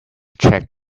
check